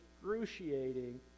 excruciating